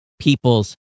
people's